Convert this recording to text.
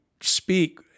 speak